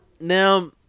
Now